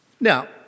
Now